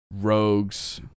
rogues